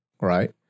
right